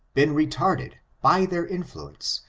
been re tarded, by their influence,